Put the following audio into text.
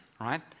right